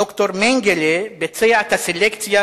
ד"ר מנגלה ביצע את הסלקציה,